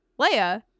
Leia